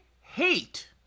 hate